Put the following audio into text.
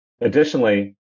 Additionally